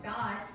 God